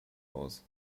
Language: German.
aus